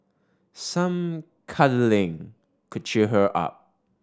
some cuddling could cheer her up